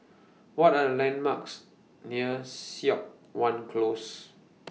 What Are The landmarks near Siok Wan Close